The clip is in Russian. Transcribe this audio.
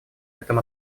этом